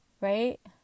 right